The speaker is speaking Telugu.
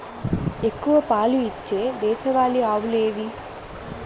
ఎక్కువ పాలు ఇచ్చే దేశవాళీ ఆవులు ఏవి?